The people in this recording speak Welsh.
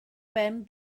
ben